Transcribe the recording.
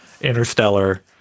Interstellar